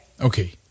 Okay